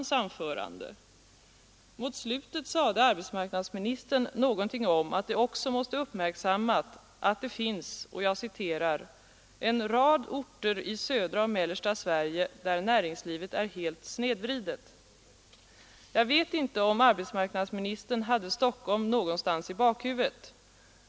Mot slutet av sitt anförande sade arbetsmarknadsministern någonting om att det också måste uppmärksammas att det finns ”en rad orter i södra och mellersta Sverige där näringlivet är helt snedvridet”. Jag vet inte om arbetsmarknadsministern hade Stockholm någonstans i bakhuvudet.